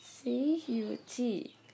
C-U-T